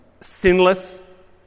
sinless